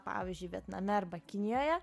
pavyzdžiui vietname arba kinijoje